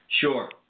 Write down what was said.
Sure